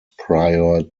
prior